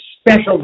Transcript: special